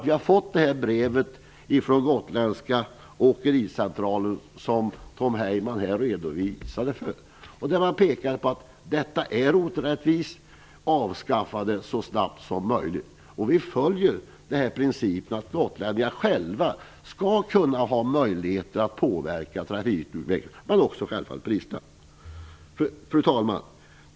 Vi har fått brevet från Gotländska åkericentralen som Tom Heyman redovisade. Där pekar man på att detta är orättvist, och man vill att vi skall avskaffa det så snabbt som möjligt. Vi följer principen att gotlänningarna själva skall ha möjligheter att påverka trafikutvecklingen och självfallet även priserna. Fru talman!